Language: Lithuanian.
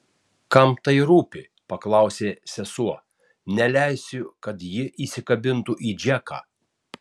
kam tai rūpi paklausė sesuo neleisiu kad ji įsikabintų į džeką